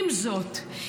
עם זאת,